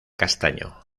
castaño